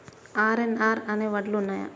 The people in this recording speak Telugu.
ఆర్.ఎన్.ఆర్ అనే వడ్లు ఉన్నయా?